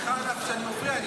אגב, סליחה שאני מפריע.